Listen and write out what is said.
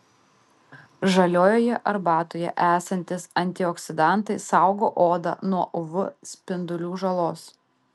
žaliojoje arbatoje esantys antioksidantai saugo odą nuo uv spindulių žalos